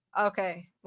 Okay